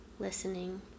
listening